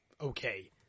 okay